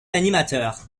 animateur